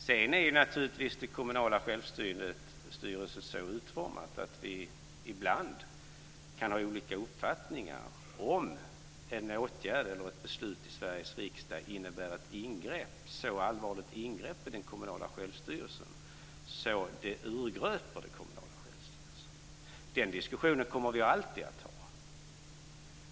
Sedan är naturligtvis den kommunala självstyrelsen så utformad att vi ibland kan ha olika uppfattningar om en åtgärd eller ett beslut i Sveriges riksdag innebär ett så allvarligt ingrepp i den kommunala självstyrelsen att det urgröper den kommunala självstyrelsen. Den diskussionen kommer vi alltid att ha.